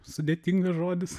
sudėtingas žodis